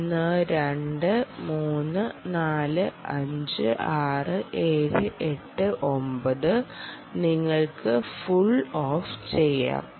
1 2 3 4 5 6 7 8 9 നിങ്ങൾക്ക് full off ചെയ്യാം